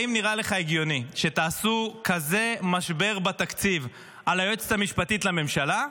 האם נראה לך הגיוני שתעשו כזה משבר בתקציב על היועצת המשפטית לממשלה,